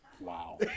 Wow